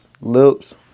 lips